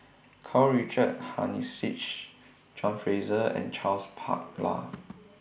Karl Richard Hanitsch John Fraser and Charles Paglar